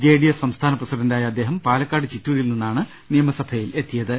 J D S സംസ്ഥാന പ്രസിഡന്റായ അദ്ദേഹം പാലക്കാട് ചിറ്റൂരിൽ നിന്നാണ് നിയമസഭയിലെത്തിയത്